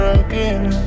again